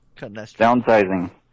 Downsizing